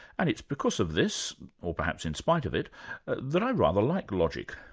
and it's because of this or perhaps in spite of it that i rather like logic.